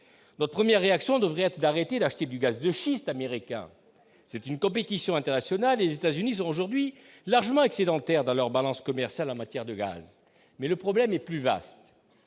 notre première réaction devrait être d'arrêter d'acheter du gaz de schiste américain, c'est une compétition internationale États-Unis sont aujourd'hui largement excédentaire dans leur balance commerciale en matière de gaz, mais le problème est plus vaste